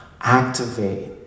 Activate